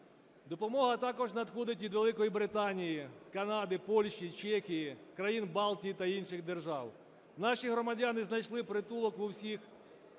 Допомога також надходить від Великої Британії, Канади, Польщі, Чехії, країн Балтії та інших держав. Наші громадяни знайшли притулок у всіх